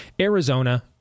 Arizona